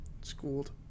schooled